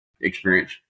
experience